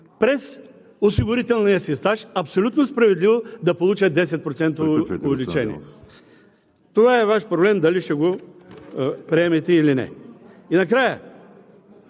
през осигурителния си стаж, абсолютно справедливо, да получат 10% увеличение. Това е Ваш проблем дали ще го приемете или не.